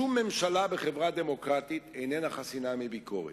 שום ממשלה בחברה דמוקרטית איננה חסינה מביקורת.